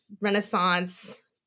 Renaissance